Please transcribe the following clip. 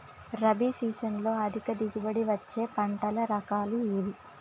రబీ సీజన్లో అధిక దిగుబడి వచ్చే పంటల రకాలు ఏవి?